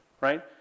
Right